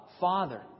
Father